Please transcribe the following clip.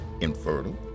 infertile